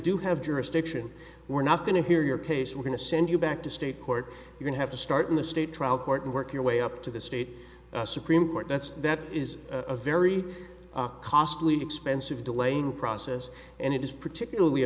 do have jurisdiction we're not going to hear your case we're going to send you back to state court you don't have to start in the state trial court and work your way up to the state supreme court that's that is a very costly expensive delaying process and it is particularly a